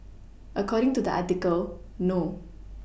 according to the article no